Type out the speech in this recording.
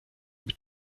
mit